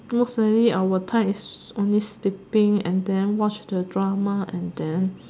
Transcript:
most likely our type is only sleeping and then watch the drama and then